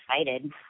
excited